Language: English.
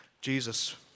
Jesus